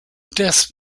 death